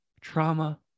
trauma